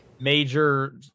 major